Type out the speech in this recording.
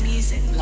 Music